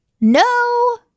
no